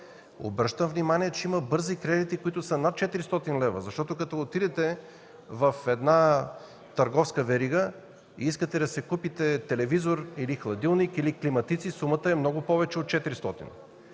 Обръщам внимание, че има бързи кредити, които са над 400 лв. Като отидете в една търговска верига и искате да си купите телевизор, хладилник, или климатици, сумата е много повече от 400